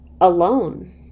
alone